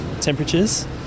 temperatures